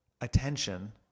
attention